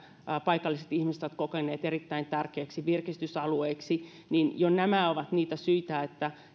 paikalliset ihmiset ovat kokeneet erittäin tärkeiksi virkistysalueiksi jo nämä ovat niitä syitä että